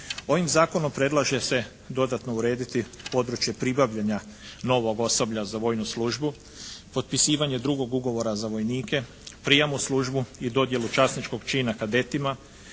Ovim Zakonom predlaže se dodatno urediti područje pribavljanja novog osoblja za vojnu službu, potpisivanje drugog ugovora za vojnike, prijam u službu i dodjelu časničkog čina kadetima,